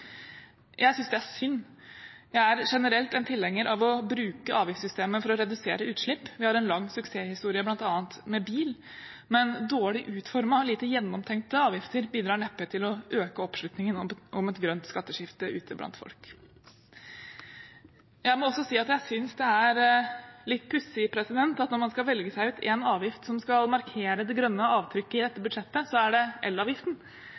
Jeg synes det er synd. Jeg er generelt tilhenger av å bruke avgiftssystemet for å redusere utslipp. Vi har en lang suksesshistorie bl.a. med bil, men dårlig utformede og lite gjennomtenkte avgifter bidrar neppe til å øke oppslutningen om et grønt skatteskifte ute blant folk. Jeg må også si at jeg synes det er litt pussig at når man skal velge seg ut én avgift som skal markere det grønne avtrykket i dette budsjettet, er det elavgiften.